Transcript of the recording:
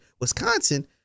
Wisconsin